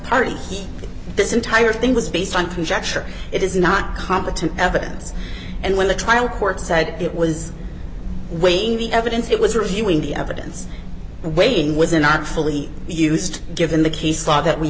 party this entire thing was based on conjecture it is not competent evidence and when the trial court said it was weighing the evidence it was reviewing the evidence and weighing was not fully used given the case law that we